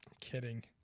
Kidding